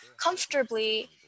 comfortably